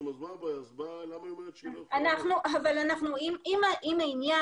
לא, זה הם אמרו